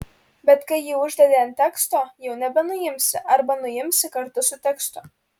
bet kai jį uždedi ant teksto jau nebenuimsi arba nuimsi kartu su tekstu